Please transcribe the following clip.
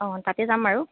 অঁ তাতে যাম আৰু